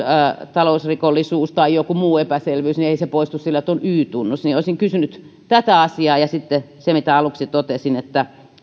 talousrikollisuus tai joku muu epäselvyys ei poistu sillä että on y tunnus olisin kysynyt tätä asiaa ja sitten siitä mitä aluksi totesin tietääkö ministeri